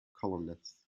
columnist